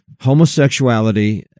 homosexuality